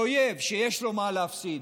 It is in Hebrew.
אויב שיש לו מה להפסיד